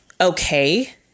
okay